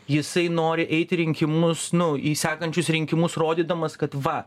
jisai nori eiti į rinkimus nu į sekančius rinkimus rodydamas kad va